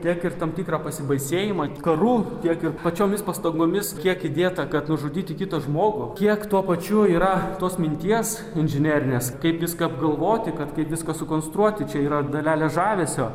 tiek ir tam tikrą pasibaisėjimą karų tiek ir pačiomis pastangomis kiek įdėta kad nužudyti kitą žmogų kiek tuo pačiu yra tos minties inžinerinės kaip viską apgalvoti kad kaip viską sukonstruoti čia yra dalelė žavesio